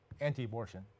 anti-abortion